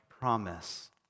promise